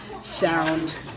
sound